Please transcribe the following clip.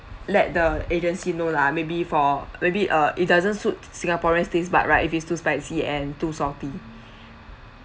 let the agency know lah maybe for maybe uh it doesn't suit singaporeans taste bud right if it's too spicy and too salty